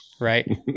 Right